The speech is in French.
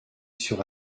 sur